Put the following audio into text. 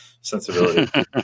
sensibility